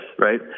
right